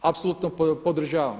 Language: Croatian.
Apsolutno podržavam.